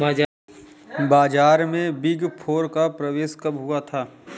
बाजार में big four का प्रवेश कब हुआ था?